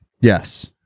Yes